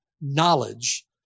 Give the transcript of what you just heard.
knowledge